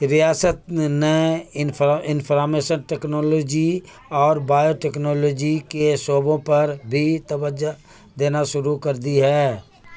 ریاست نے information technology اور بایو ٹیکنالوجی کے شعبوں پر بھی توجہ دینا شروع کر دی ہے